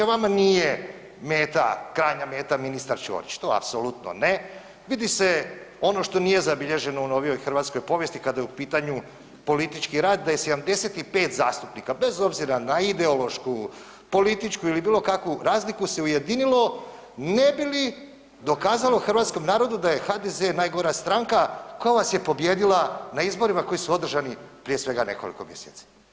Vama nije meta, krajnja meta ministar Ćorić, to apsolutno ne, vidi se ono što nije zabilježeno u novijoj hrvatskoj povijesti kada je u pitanju politički rad da je 75 zastupnika bez obzira na ideološku, političku ili bilo kakvu razliku se ujedinilo ne bi li dokazalo hrvatskom narodu da je HDZ najgora stranka koja vas je pobijedila na izborima koji su održani prije svega nekoliko mjeseci.